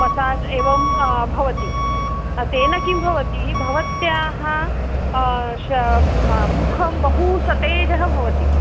massage एवं भवति तेन किं भवती भवत्याः शा मुखं बहु सतेजः भवति